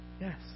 Yes